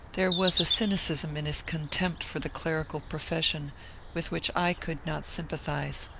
there was a cynicism in his contempt for the clerical profession with which i could not sympathize,